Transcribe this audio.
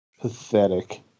Pathetic